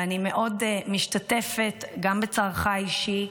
ואני מאוד משתתפת גם בצערך האישי,